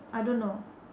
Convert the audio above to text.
I don't know